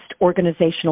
organizational